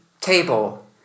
table